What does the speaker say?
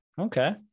Okay